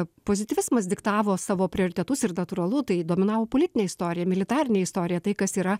pozityvizmas diktavo savo prioritetus ir natūralu tai dominavo politinė istorija militarinė istorija tai kas yra